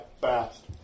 fast